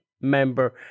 member